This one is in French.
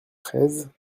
treize